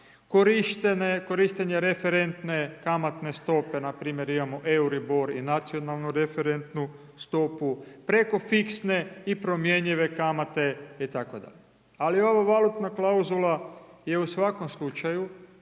korištenje referentne kamatne stope npr. imamo Euribor i Nacionalnu referentnu stopu, preko fiksne i promjenljive kamate itd., ali ova valutna klauzula je u svakom slučaju